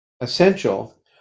essential